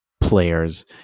players